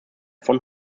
von